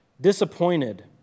disappointed